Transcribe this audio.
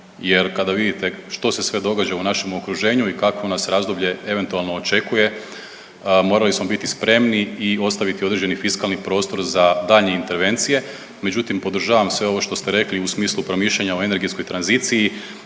jer kada vidite što se sve događa u našem okruženju i kakvo nas razdoblje eventualno očekuje, morali smo biti spremni i ostaviti određeni fiskalni prostor za daljnje intervencije. Međutim, podržavam sve ovo što ste rekli u smislu promišljanja o energetskoj tranziciji